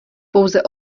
pouze